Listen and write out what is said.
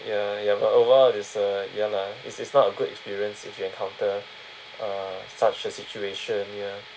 ya but overall it's a ya lah it's it's not a good experience if you encounter uh such a situation ya